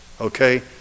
Okay